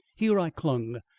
here i clung,